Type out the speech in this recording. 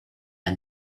and